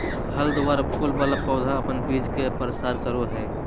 फल द्वारा फूल वाला पौधा अपन बीज के प्रसार करो हय